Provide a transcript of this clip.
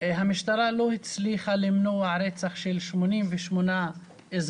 המשטרה לא הצליחה למנוע רצח של 88 אזרחים,